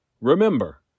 Remember